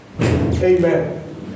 Amen